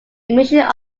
emission